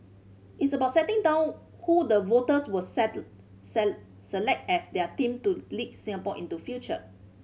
it's about setting down who the voters will select as their team to lead Singapore into future